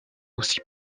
aussi